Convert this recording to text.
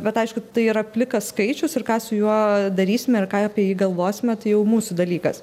bet aišku tai yra plikas skaičius ir ką su juo darysime ir ką apie jį galvosime tai jau mūsų dalykas